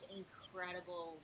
incredible